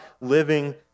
living